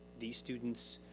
these students,